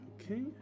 Okay